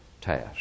task